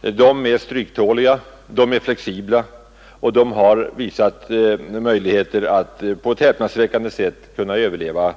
De är stryktåliga och flexibla och har visat sig kunna överleva svåra påfrestningar på ett häpnadsväckande sätt.